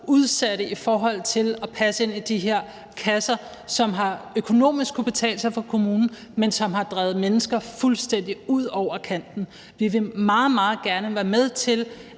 udsatte i forhold til at passe ind i de her kasser, som det økonomisk har kunnet betale sig for kommunen at have, men som har drevet mennesker fuldstændig ud over kanten. Vi vil meget, meget gerne være med til